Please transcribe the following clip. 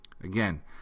Again